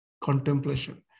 contemplation